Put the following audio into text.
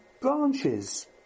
branches